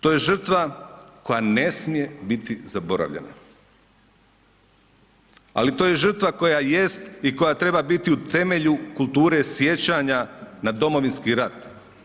To je žrtva koja ne smije biti zaboravljena, ali to je žrtva koja jest i koja treba biti u temelju kulture sjećanja na Domovinski rat.